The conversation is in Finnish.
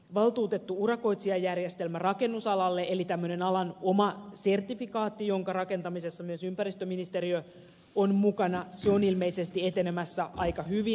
valtuutettu urakoitsijajärjestelmä rakennusalalle eli tämmöinen alan oma sertifikaatti jonka rakentamisessa myös ympäristöministeriö on mukana on ilmeisesti etenemässä aika hyvin